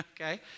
okay